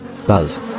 buzz